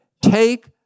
Take